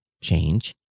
change